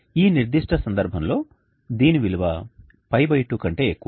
ఈ నిర్దిష్ట సందర్భంలో దీని విలువ π2 కంటే ఎక్కువ